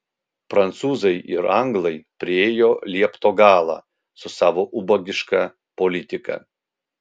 prancūzai ir anglai priėjo liepto galą su savo ubagiška politika